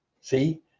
See